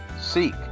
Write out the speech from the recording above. seek